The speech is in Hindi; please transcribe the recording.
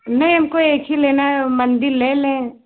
नहीं हमको एक ही लेना है मंदिर ले लें